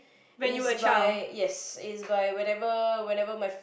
is by yes is by whenever whenever my